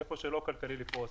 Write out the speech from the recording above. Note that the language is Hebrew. ואיפה שלא כלכלי לפרוס,